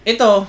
Ito